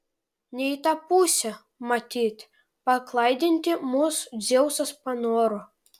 ne į tą pusę matyt paklaidinti mus dzeusas panoro